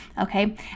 okay